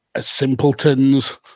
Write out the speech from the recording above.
simpletons